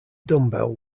dumbbell